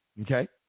okay